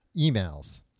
emails